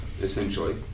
essentially